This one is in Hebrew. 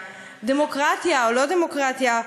דמוקרטיה או לא דמוקרטיה.